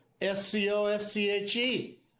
S-C-O-S-C-H-E